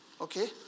Okay